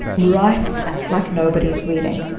write like nobody's reading.